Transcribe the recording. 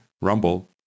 Rumble